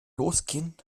losgehen